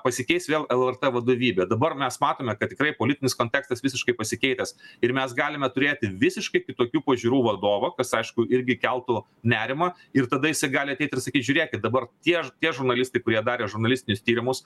pasikeis vėl lrt vadovybė dabar mes matome kad tikrai politinis kontekstas visiškai pasikeitęs ir mes galime turėti visiškai kitokių pažiūrų vadovą kas aišku irgi keltų nerimą ir tada jisai gali ateit ir sakyt žiūrėkit dabar tie ž tie žurnalistai kurie darė žurnalistinius tyrimus